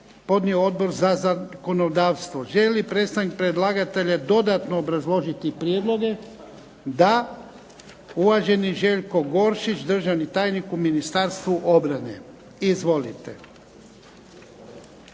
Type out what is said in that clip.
podnio Odbor za zakonodavstvo. Želi li predstavnik predlagatelja dodatno obrazložiti prijedloge? Da. Uvaženi Željko Goršić državni tajnik u Ministarstvu obrane. Izvolite.